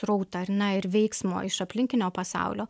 srautą ar ne ir veiksmo iš aplinkinio pasaulio